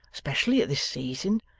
especially at this season.